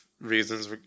reasons